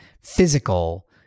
physical